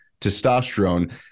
testosterone